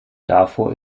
davor